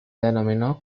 denominó